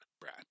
Brad